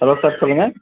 hello sir சொல்லுங்க